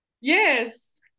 Yes